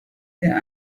der